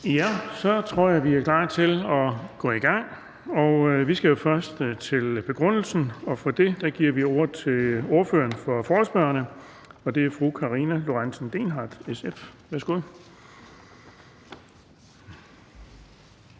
Så tror jeg, vi er klar til at gå i gang. Vi skal jo først til begrundelsen, og her giver vi ordet til ordføreren for forespørgerne, og det er fru Karina Lorentzen Dehnhardt, SF. Værsgo.